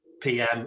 PM